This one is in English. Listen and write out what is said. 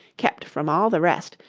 kept from all the rest,